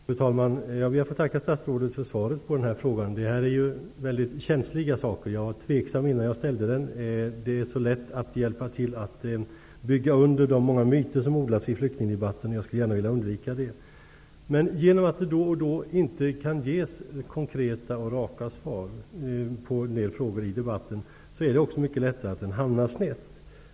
Fru talman! Jag ber att få tacka statsrådet för svaret på denna fråga. Detta är ju en väldigt känslig fråga. Jag var tveksam innan jag ställde den. Det är så lätt att hjälpa till att bygga under de många myter som odlas i flyktingdebatten, och jag skulle gärna vilja undvika detta. Men genom att det då och då inte kan ges konkreta och raka svar på en del frågor i debatten, är det också mycket lätt att den hamnar snett.